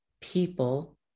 people